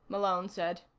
malone said